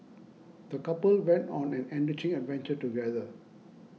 the couple went on an enriching adventure together